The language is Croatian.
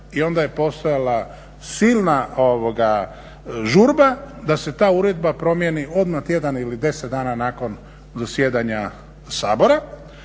i onda je postojala silna žurba da se ta Uredba promijeniti odmah tjedan ili 10 dana nakon zasjedanja Sabora.